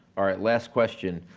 all right last question.